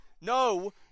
No